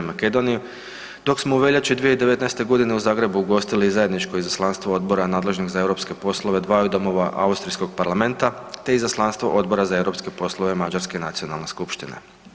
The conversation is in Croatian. Makedoniji, dok smo u veljači 2019. g. u Zagrebu ugostili zajedničko izaslanstvo Odbora nadležnog za europske poslove, dvaju domova austrijskog parlamenta te izaslanstvo Odbora za europske poslove mađarske nacionalne skupštine.